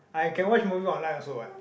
I can watch movie online also what